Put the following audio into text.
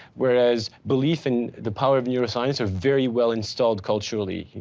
whereas belief in the power of neuroscience are very well installed culturally,